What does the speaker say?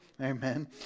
Amen